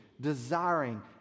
desiring